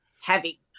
heavy